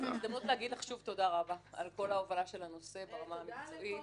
זו הזדמנות להגיד לך שוב תודה רבה על כל ההובלה של הנושא ברמה המקצועית.